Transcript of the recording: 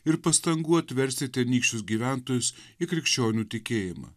ir pastangų atversti tenykščius gyventojus į krikščionių tikėjimą